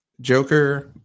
Joker